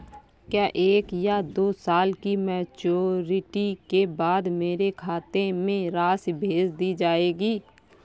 क्या एक या दो साल की मैच्योरिटी के बाद मेरे खाते में राशि भेज दी जाएगी?